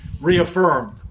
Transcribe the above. Reaffirmed